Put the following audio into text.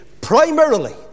Primarily